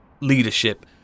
leadership